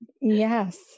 Yes